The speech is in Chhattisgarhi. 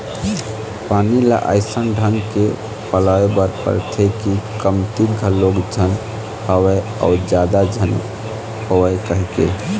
पानी ल अइसन ढंग के पलोय बर परथे के कमती घलोक झन होवय अउ जादा झन होवय कहिके